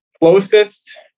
closest